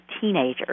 teenagers